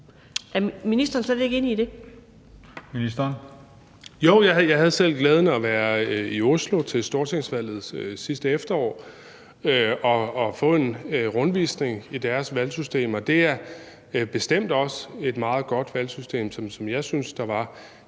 boligministeren (Kaare Dybvad Bek): Jo, jeg havde selv den glæde at være i Oslo til stortingsvalget sidste efterår og få en rundvisning i deres valgsystem. Og det er bestemt også et meget godt valgsystem, synes jeg. Det er